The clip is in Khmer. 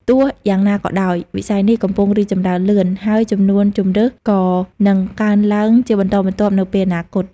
ទោះយ៉ាងណាក៏ដោយ វិស័យនេះកំពុងរីកចម្រើនលឿន ហើយចំនួនជម្រើសក៏នឹងកើនឡើងជាបន្តបន្ទាប់នៅពេលអនាគត។